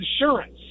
insurance